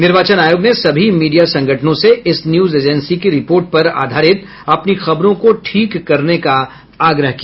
निर्वाचन आयोग ने सभी मीडिया संगठनों से इस न्यूज एजेंसी की रिपोर्ट पर आधारित अपनी खबरों को ठीक करने का आग्रह किया